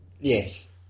yes